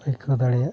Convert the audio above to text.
ᱟᱹᱭᱠᱟᱹᱣ ᱫᱟᱲᱮᱭᱟᱜᱼᱟ